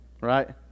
right